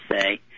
say